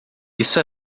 isso